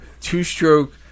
two-stroke